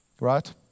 Right